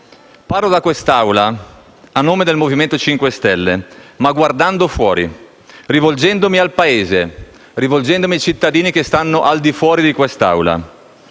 Parlo da quest'Aula a nome del Movimento 5 Stelle, ma guardando fuori, rivolgendomi al Paese, ai cittadini che stanno al di fuori di quest'Aula.